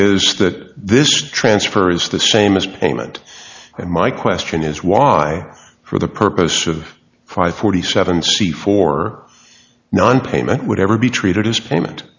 is that this transfer is the same as payment and my question is why for the purpose of five forty seven c for nonpayment would ever be treated as payment